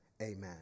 amen